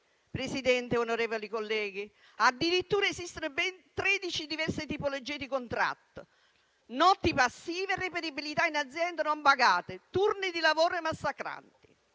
Presidente, onorevoli, colleghi, esistono ben tredici diverse tipologie di contratto, con notti passive e reperibilità in azienda non pagate, turni di lavoro massacranti.